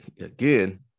again